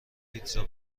پیتزا